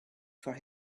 for